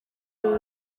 uru